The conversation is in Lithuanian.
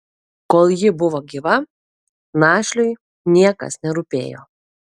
kol ji buvo gyva našliui niekas nerūpėjo